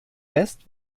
west